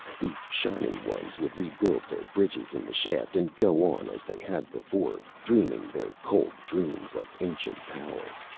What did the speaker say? the shining ones would rebuild their bridges in the shaft, and go on as they had before, dreaming their cold dreams of ancient power.